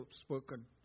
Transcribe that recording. spoken